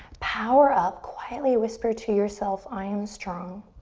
power up. quietly whisper to yourself, i am strong.